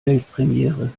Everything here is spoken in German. weltpremiere